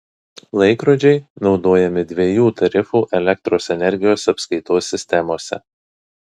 laikrodžiai naudojami dviejų tarifų elektros energijos apskaitos sistemose